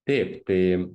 taip tai